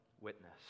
witness